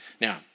Now